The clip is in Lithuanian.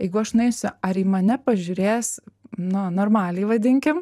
jeigu aš nueisiu ar į mane pažiūrės na normaliai vadinkim